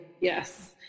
yes